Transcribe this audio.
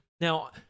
Now